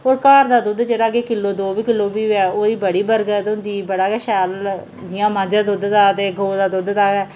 और घर दा दुद्ध जेह्ड़ा कि किल्लो दो बी किल्लो होऐ ओह्दी बड़ी बरकत होंदी बड़ा गै शैल जि'यां मंझ दे दुद्ध दा ते गौऽ दे दुद्ध दा